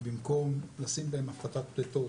במקום לשים בהן הפחתת פליטות